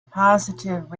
positive